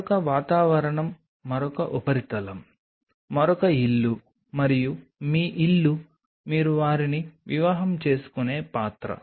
మరొక వాతావరణం మరొక ఉపరితలం మరొక ఇల్లు మరియు మీ ఇల్లు మీరు వారిని వివాహం చేసుకునే పాత్ర